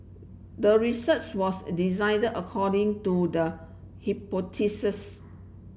the research was designed according to the hypothesis